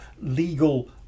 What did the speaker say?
legal